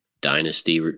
dynasty